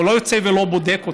הוא לא יוצא ולא בודק אותם.